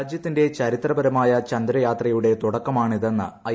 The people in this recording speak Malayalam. രാജ്യത്തിന്റെ ചരിത്രപരമായ ചന്ദ്രയാത്രയുടെ തുടക്കമാണിതെന്ന് ഐ